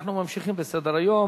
אנחנו ממשיכים בסדר-היום